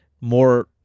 more